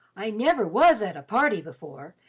i never was at a party before,